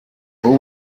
ubu